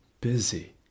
busy